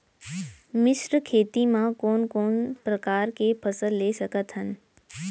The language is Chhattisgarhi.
मिश्र खेती मा कोन कोन प्रकार के फसल ले सकत हन?